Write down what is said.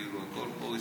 כאילו הכול פה ישראבלוף.